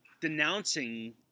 denouncing